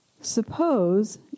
Suppose